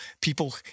people